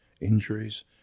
injuries